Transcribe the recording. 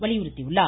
வலியுறுத்தி உள்ளார்